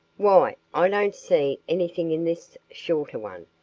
why? i don't see anything in this shorter one.